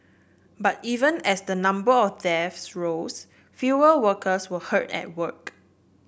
but even as the number of deaths rose fewer workers were hurt at work